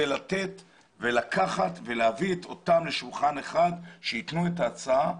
זה לתת ולקחת ולהביא אותם לשולחן אחד שייתנו את ההצעה.